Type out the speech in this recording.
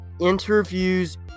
interviews